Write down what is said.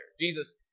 Jesus